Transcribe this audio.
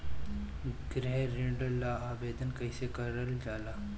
गृह ऋण ला आवेदन कईसे करल जाला?